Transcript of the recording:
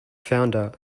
founder